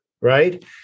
Right